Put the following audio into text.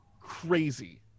crazy